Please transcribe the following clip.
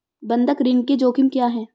बंधक ऋण के जोखिम क्या हैं?